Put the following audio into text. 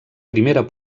primera